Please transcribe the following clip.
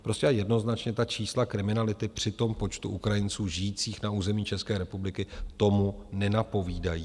Prostě jednoznačně čísla kriminality při počtu Ukrajinců žijících na území České republiky tomu nenapovídají.